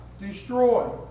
destroy